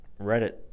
reddit